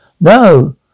No